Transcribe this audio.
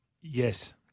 Yes